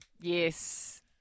Yes